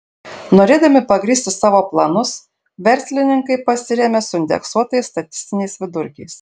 norėdami pagrįsti savo planus verslininkai pasirėmė suindeksuotais statistiniais vidurkiais